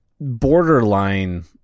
borderline